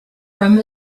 from